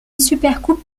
supercoupe